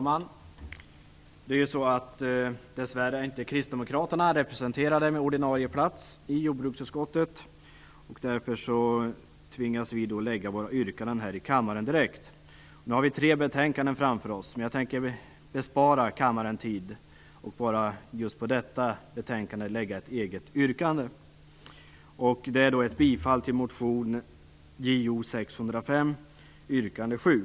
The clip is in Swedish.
Herr talman! Dess värre är inte Kristdemokraterna representerade på ordinarie plats i jordbruksutskottet. Därför tvingas vi lägga våra yrkanden direkt här i kammaren. Vi har nu tre betänkanden kvar att behandla. Men jag skall bespara kammarens tid och framlägga ett eget yrkande bara när det gäller just detta betänkande. Jag yrkar alltså bifall till motion Jo105, yrkande 7.